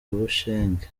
bushenge